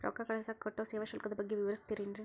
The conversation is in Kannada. ರೊಕ್ಕ ಕಳಸಾಕ್ ಕಟ್ಟೋ ಸೇವಾ ಶುಲ್ಕದ ಬಗ್ಗೆ ವಿವರಿಸ್ತಿರೇನ್ರಿ?